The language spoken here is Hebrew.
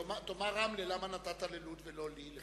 תאמר רמלה: למה נתת ללוד ולא לי?